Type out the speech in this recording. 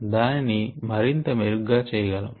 దానిని మరింత మెరుగ్గా చేయగలం